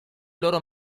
loro